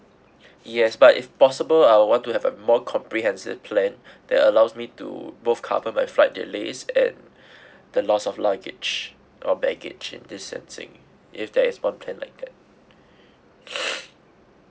yes but if possible I want to have a more comprehensive plan that allows me to both covered my flight delays and the loss of luggage or baggage in this sensing if there is one plan like that